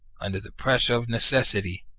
under the pressure of necessity,